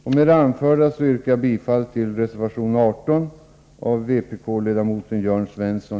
Med det anförda yrkar jag bifall till reservation 15 av vpk-ledamoten Jörn Svensson.